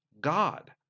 God